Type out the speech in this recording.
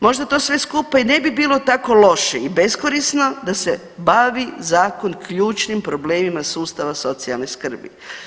Možda to sve skupa i ne bi bilo tako loše i beskorisno da se bavi zakon ključnim problemima sustava socijalne skrbi.